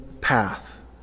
path